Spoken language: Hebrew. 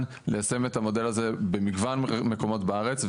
ליישם את המודל הזה במגוון מקומות בארץ,